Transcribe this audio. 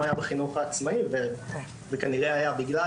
זה אמנם היה בחינוך העצמאי וכנראה היה בגלל